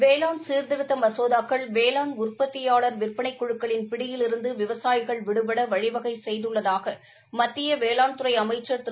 வேளாண் சீர்திருத்த மசோதாக்கள் வேளாண் உற்பத்தியார் விற்பனைக் குழுக்களின் பிடியிலிருந்து விவசாயிகள் விடுபட வழிவகை செய்துள்ளதாக மத்திய வேளாண் மற்றும் விவசாயிகள் நலத்துறை அமைச்சர் திரு